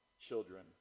children